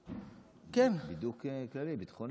בידוק כללי, ביטחוני.